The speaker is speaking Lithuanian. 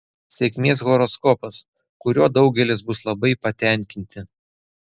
sėkmės horoskopas kuriuo daugelis bus labai patenkinti